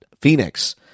Phoenix